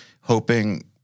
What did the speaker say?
hoping